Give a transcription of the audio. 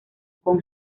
con